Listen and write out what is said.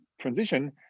transition